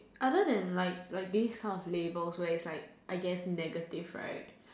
other than like like this kind of labels where it's like I guess negative right